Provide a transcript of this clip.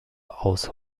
aus